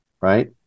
right